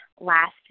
last